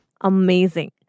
Amazing